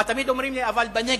תמיד אומרים לי: אבל בנגב.